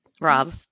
Rob